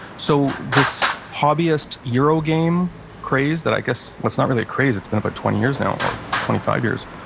so this hobbyist eurogame craze that i guess, well, it's not really a craze, it's been about twenty years now or twenty five years.